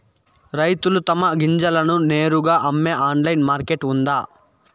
రైతులు తమ గింజలను నేరుగా అమ్మే ఆన్లైన్ మార్కెట్ ఉందా?